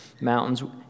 Mountains